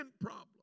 problem